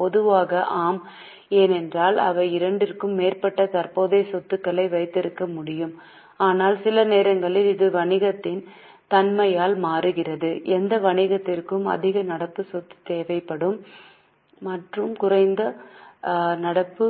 பொதுவாக ஆம் ஏனென்றால் அவை 2 க்கும் மேற்பட்ட தற்போதைய சொத்துக்களை வைத்திருக்க முடியும் ஆனால் சில நேரங்களில் இது வணிகத்தின் தன்மையால் மாறுகிறது எந்த வணிகங்களுக்கு அதிக நடப்பு சொத்து தேவைப்படும் மற்றும் குறைந்த நடப்பு